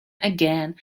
again